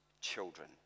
children